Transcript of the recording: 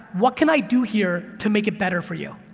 what can i do here to make it better for you?